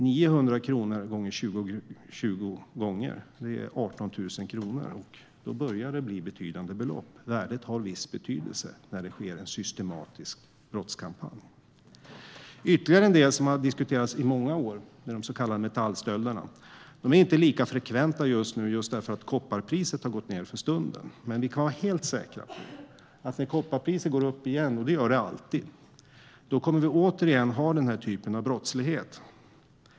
900 kronor 20 gånger är 18 000 kronor. Då börjar det bli betydande belopp. Värdet har viss betydelse när det sker en systematisk brottskampanj. Ytterligare en del som har diskuterats i många år är de så kallade metallstölderna. De är inte lika frekventa just nu när kopparpriset har gått ned. Men vi kan vara helt säkra på att när kopparpriset går upp igen, och det gör det alltid, kommer vi återigen att se den här typen av brottslighet.